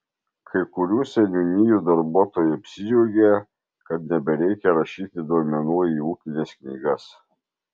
kai kurių seniūnijų darbuotojai apsidžiaugė kad nebereikia rašyti duomenų į ūkines knygas